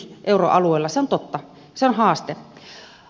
se on totta se on haaste